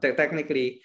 technically